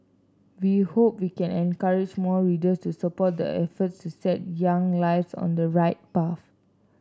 we hope we can encourage more readers to support the efforts to set young lives on the right path